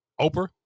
Oprah